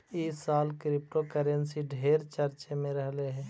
ई साल क्रिप्टोकरेंसी ढेर चर्चे में रहलई हे